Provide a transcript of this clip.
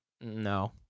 no